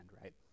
right